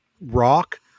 rock